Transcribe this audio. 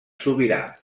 sobirà